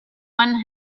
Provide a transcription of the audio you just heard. one